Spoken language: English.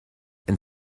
and